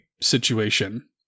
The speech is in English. situation